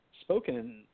spoken